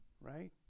right